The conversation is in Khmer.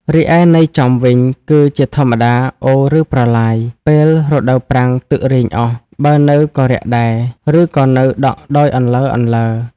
រីឯន័យចំ វិញគឺជាធម្មតាអូរ ឬ ប្រឡាយ ពេលរដូវប្រាំង ទឹករីងអស់ បើនៅក៏រាក់ដែរ ឬក៏នៅដក់ដោយអន្លើៗ ។